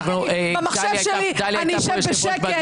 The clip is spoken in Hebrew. אני במחשב שלי, אני אשב בשקט.